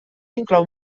inclou